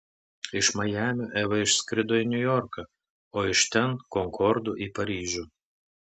iš majamio eva išskrido į niujorką o iš ten konkordu į paryžių